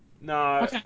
No